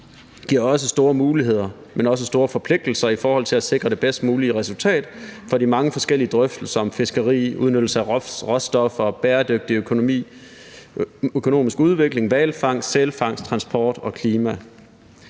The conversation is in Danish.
giver store muligheder, men også store forpligtelser i forhold til at sikre det bedst mulige resultat for de mange forskellige drøftelser om fiskeri, udnyttelse af råstoffer, bæredygtig økonomi, økonomisk udvikling, hvalfangst, sælfangst, transport og klima.